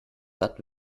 satt